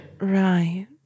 Right